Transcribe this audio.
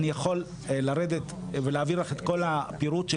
אני יכול לרדת ולהעביר לך את כל הפירוט של